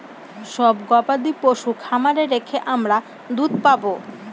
সব গবাদি পশু খামারে রেখে আমরা দুধ পাবো